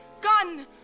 Gun